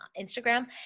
Instagram